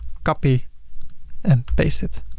copy and paste it.